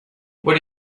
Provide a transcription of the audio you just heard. what